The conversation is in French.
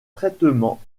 traitements